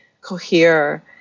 cohere